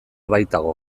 baitago